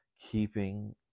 keeping